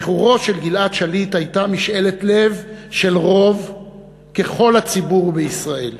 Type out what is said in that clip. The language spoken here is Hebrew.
שחרורו של גלעד שליט היה משאלת לב של רוב ככל הציבור בישראל.